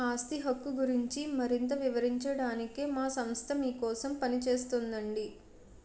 ఆస్తి హక్కు గురించి మరింత వివరించడానికే మా సంస్థ మీకోసం పనిచేస్తోందండి